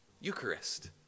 Eucharist